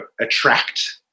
attract